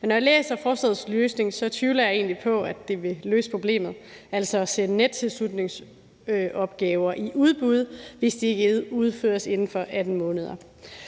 Men når jeg læser forslagets løsning, tvivler jeg egentlig på, at det vil løse problemet, altså at sende nettilslutningsopgaver i udbud, hvis de ikke udføres inden for 18 måneder.